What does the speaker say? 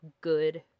good